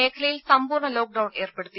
മേഖലയിൽ സമ്പൂർണ്ണ ലോക്ഡൌൺ ഏർപ്പെടുത്തി